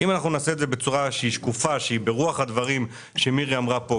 אבל אם נעשה את זה בצורה שהיא שקופה וברוח הדברים שמירי אמרה פה,